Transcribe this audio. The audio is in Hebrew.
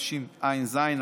התשע"ז 2017,